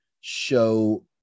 show